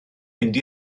mynd